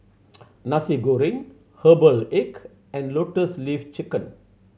Nasi Goreng herbal egg and Lotus Leaf Chicken